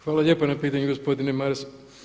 Hvala lijepo na pitanju gospodine Maras.